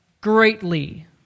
greatly